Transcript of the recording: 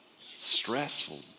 stressful